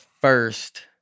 first